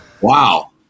Wow